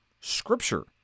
scripture